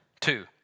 two